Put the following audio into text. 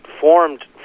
formed